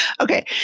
Okay